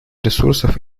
ресурсов